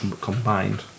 combined